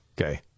Okay